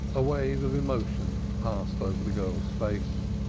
a wave of emotion passed over the girl's face.